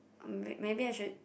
um maybe maybe I should